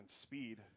speed